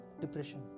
depression